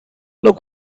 look